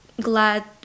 glad